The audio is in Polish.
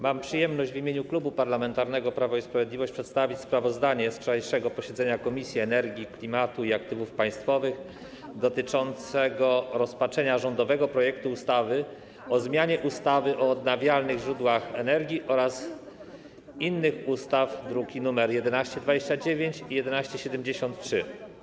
Mam przyjemność w imieniu Klubu Parlamentarnego Prawo i Sprawiedliwość przedstawić sprawozdanie z wczorajszego posiedzenia Komisji do Spraw Energii, Klimatu i Aktywów Państwowych dotyczącego rozpatrzenia rządowego projektu ustawy o zmianie ustawy o odnawialnych źródłach energii oraz niektórych innych ustaw, druki nr 1129 i 1173.